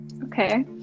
Okay